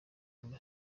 amb